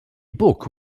book